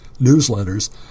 newsletters